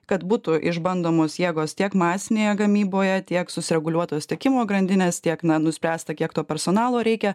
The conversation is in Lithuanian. kad būtų išbandomos jėgos tiek masinėje gamyboje tiek susireguliuotos tiekimo grandinės tiek na nuspręsta kiek to personalo reikia